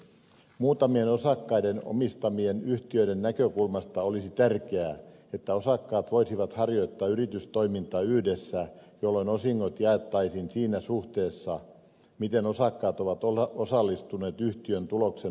muutamien osakkaiden omistamien yhtiöiden näkökulmasta olisi tärkeää että osakkaat voisivat harjoittaa yritystoimintaa yhdessä jolloin osingot jaettaisiin siinä suhteessa miten osakkaat ovat osallistuneet yhtiön tuloksen muodostamiseen